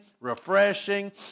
refreshing